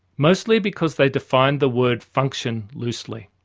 mostly because they defined the word function loosely.